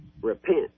repent